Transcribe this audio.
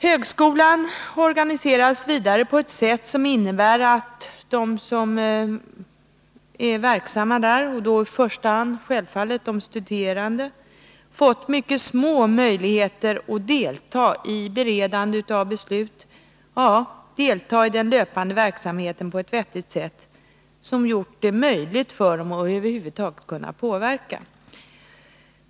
Högskolan organiseras vidare på ett sätt som innebär att de som är verksamma där —i första hand självfallet de studerande — har fått mycket små möjligheter att delta i beredningen av beslut och i den löpande verksamheten på ett vettigt sätt som gjort det möjligt för dem att över huvud taget påverka besluten.